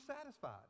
satisfied